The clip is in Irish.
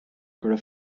gura